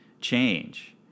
change